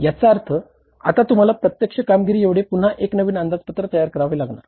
याचा अर्थ आता तुम्हाला प्रत्यक्ष कामगिरीएवढे पुन्हा एक नवीन अंदाजपत्र तयार करावे लागणार